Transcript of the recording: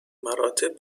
مراتب